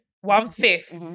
one-fifth